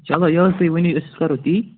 چلو یہِ حظ تُہۍ ؤنو أسۍ حظ کَرو تی